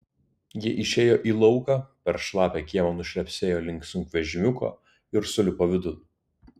jie išėjo į lauką per šlapią kiemą nušlepsėjo link sunkvežimiuko ir sulipo vidun